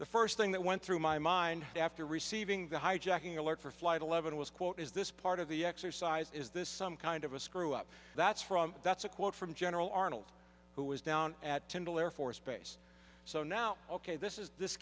the first thing that went through my mind after receiving the hijacking alert for flight eleven was quote is this part of the exercise is this some kind of a screw up that's from that's a quote from general arnold who was down at tyndall air force base so now ok this is this